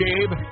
Gabe